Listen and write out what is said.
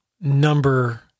number